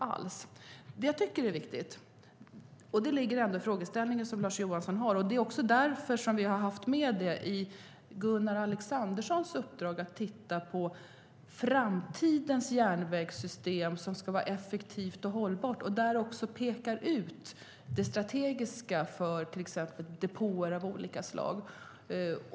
Det som jag tycker är viktigt - det ligger ändå i Lars Johanssons frågeställning, och det är också därför som vi har haft med det i Gunnar Alexanderssons uppdrag - är att man tittar på framtidens järnvägssystem, som ska vara effektivt och hållbart, och också pekar ut det strategiska för till exempel depåer av olika slag.